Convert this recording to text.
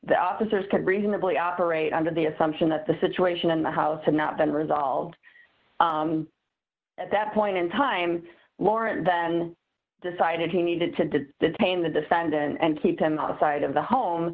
the officers could reasonably operate under the assumption that the situation in the house had not been resolved at that point in time lauren then decided he needed to detain the defendant and keep him outside of the home